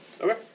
Okay